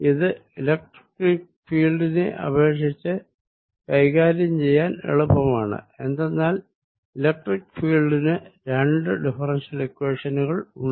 ഇത് ഇലക്ട്രിക്ക് ഫീല്ഡിനെ അപേക്ഷിച്ച് കൈകാര്യം ചെയ്യാൻ എളുപ്പമാണ് എന്തെന്നാൽ ഇലക്ട്രിക്ക് ഫീൽഡിന് രണ്ട് ഡിഫറെൻഷ്യൽ ഇക്വേഷനുകൾ ഉണ്ട്